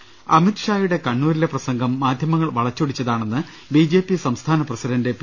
് അമിത്ഷായുടെ കണ്ണൂരിലെ പ്രസംഗം മാധ്യമങ്ങൾ വളച്ചൊടിച്ചതാ ണെന്ന് ബി ജെ പി സംസ്ഥാന പ്രസിഡന്റ് പി